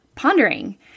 pondering